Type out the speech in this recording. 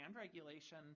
regulation